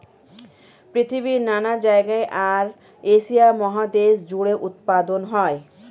পৃথিবীর নানা জায়গায় আর এশিয়া মহাদেশ জুড়ে উৎপাদন হয়